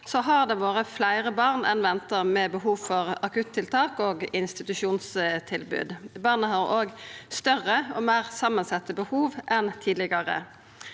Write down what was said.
år har det vore fleire barn enn venta med behov for akuttiltak og institusjonstilbod. Barna har òg større og meir samansette behov enn tidlegare.